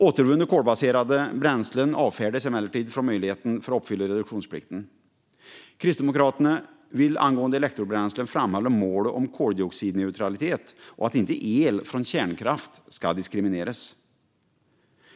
Återvunna kolbaserade bränslen avfärdas emellertid som en möjlighet att uppfylla reduktionsplikten. Kristdemokraterna vill angående elektrobränslen framhålla målet om koldioxidneutralitet och att el från kärnkraft inte ska diskrimineras.